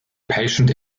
patient